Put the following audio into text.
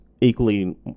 equally